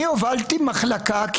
אני הובלתי מחלקה,